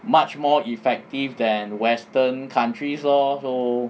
much more effective than western countries lor so